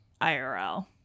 IRL